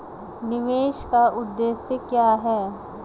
निवेश का उद्देश्य क्या है?